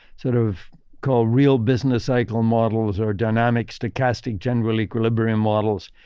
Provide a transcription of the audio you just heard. sort of called real business cycle models or dynamic stochastic general equilibrium models.